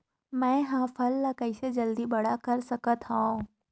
मैं ह फल ला कइसे जल्दी बड़ा कर सकत हव?